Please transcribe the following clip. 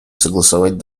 согласовать